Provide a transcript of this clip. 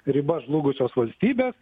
riba žlugusios valstybės